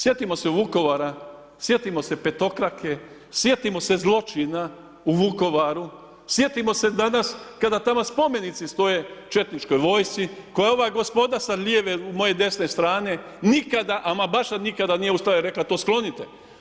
Sjetimo se Vukovara, sjetimo se petokrake, sjetimo se zločina u Vukovaru, sjetimo se danas kada tamo spomenici stoje četničkoj vojsci koje ova gospoda se lijeve moje desne strane nikada, ama nikada baš nikada nije ustala i rekla to sklonite.